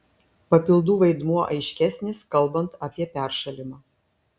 papildų vaidmuo aiškesnis kalbant apie peršalimą